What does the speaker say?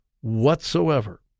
whatsoever